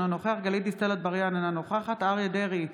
אינו נוכח גלית דיסטל אטבריאן,